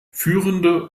führende